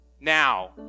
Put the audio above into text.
now